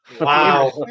Wow